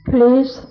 Please